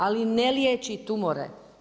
Ali ne liječi tumore.